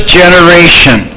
generation